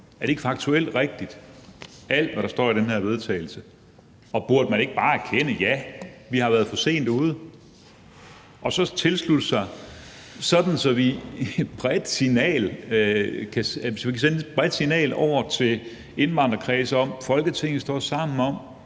ikke faktuelt rigtigt, og burde man ikke bare erkende, at ja, vi har været for sent ude, og tilslutte sig, så vi bredt kan sende et signal over til indvandrerkredse om, at Folketinget står sammen om,